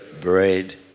bread